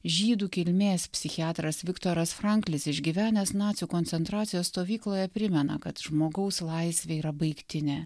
žydų kilmės psichiatras viktoras franklis išgyvenęs nacių koncentracijos stovykloje primena kad žmogaus laisvė yra baigtinė